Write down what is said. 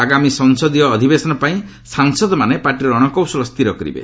ଆଗାମୀ ସଂସଦୀୟ ଅଧିବେଶନପାଇଁ ସାଂସଦମାନେ ପାର୍ଟିର ରଶକୌଶଳ ସ୍ଥିର କରିବେ